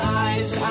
eyes